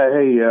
hey